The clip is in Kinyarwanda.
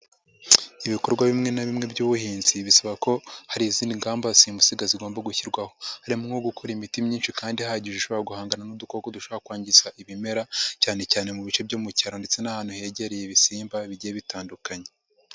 Ibikorwa bimwe na bimwe by'ubuhinzi bisaba ko hari izindi ngamba simusiga zigomba gushyirwaho harimo nko gukora imiti myinshi kandi ihagije ishobora guhangana n'udukoko dushobora kwangiza ibimera cyane cyane mu bice byo mu cyaro ndetse n'ahantu hegereye ibisimba bigiye bitandukanye.